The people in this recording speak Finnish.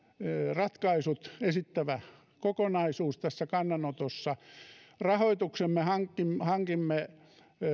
ratkaisut esittävä kokonaisuus tässä kannanotossa rahoituksen me hankimme hankimme